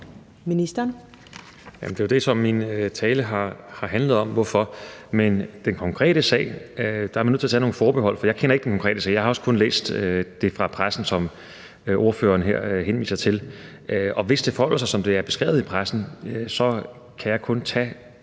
min tale handlede om, altså hvorfor. Men i forhold til den konkrete sag er man nødt til at tage nogle forbehold, for jeg kender ikke den konkrete sag. Jeg har også kun læst det fra pressen, som ordføreren her henviser til, og hvis det forholder sig, som det er beskrevet i pressen, så kan jeg kun tage